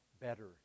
better